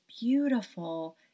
beautiful